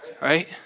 Right